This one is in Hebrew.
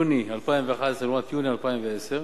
יוני 2011 לעומת יוני 2010,